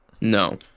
No